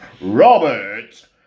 Robert